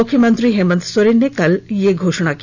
मुख्यमंत्री हेमंत सोरेन ने कल यह घोषणा की